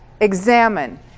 examine